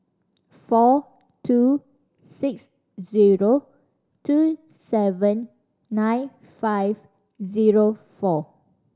four two six zero two seven nine five zero four